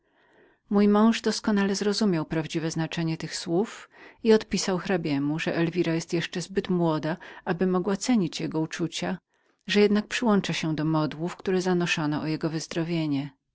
mój mąż doskonale zrozumiał prawdziwe znaczenie tych słów i odpowiedział że elwira była jeszcze zbyt młodą aby mogła cenić jego ofiary że jednak łączyła swoje życzenia do tych które zanoszono o jego wyzdrowienie